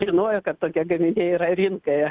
žinojo kad tokie gaminiai yra rinkoje